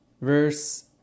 Verse